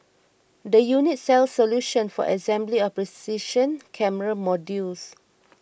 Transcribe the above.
the unit sells solutions for assembly of precision camera modules